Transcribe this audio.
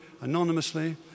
anonymously